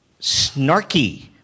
snarky